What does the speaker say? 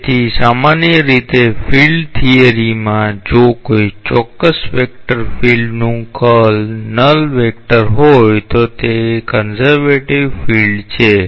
તેથી સામાન્ય રીતે ફિલ્ડ થિયરીમાં જો કોઈ ચોક્કસ વેક્ટર ફિલ્ડનું કર્લ નલ વેક્ટર હોય તો તે કન્ઝર્વેટિવ ફિલ્ડ છે